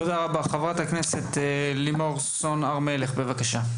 תודה רבה, חברת הכנסת, לימור סון הר-מלך, בבקשה.